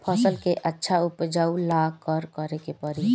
फसल के अच्छा उपजाव ला का करे के परी?